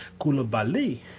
Kulabali